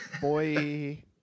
Boy